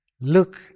look